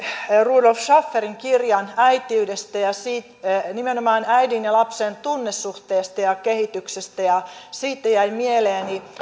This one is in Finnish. rudolph schafferin kirjan äitiydestä ja nimenomaan äidin ja lapsen tunnesuhteesta ja kehityksestä ja siitä jäi mieleeni